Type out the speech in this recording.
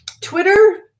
Twitter